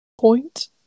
point